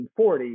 1940